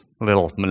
little